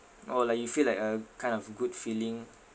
orh like you feel like a kind of good feeling